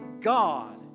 God